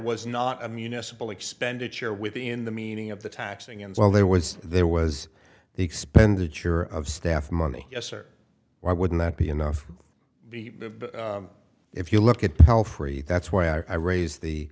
was not a municipal expenditure within the meaning of the taxing and well there was there was the expenditure of staff money yes or why wouldn't that be enough if you look at how free that's why i raise the